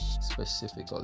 specifically